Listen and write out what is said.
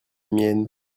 mienne